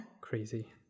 Crazy